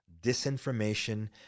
disinformation